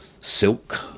silk